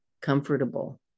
comfortable